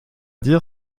dire